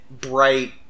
bright